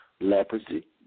Leprosy